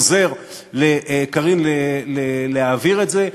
עוזר לקארין להעביר את זה,